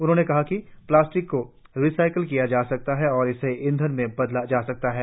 उन्होंने कहा कि प्लास्टिक को रिसाइकिल किया जा स्कता है और इसे ईंधन में बदला जा सकता है